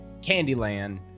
Candyland